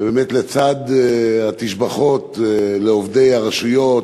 ובאמת לצד התשבחות לעובדי הרשויות,